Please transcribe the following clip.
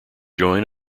join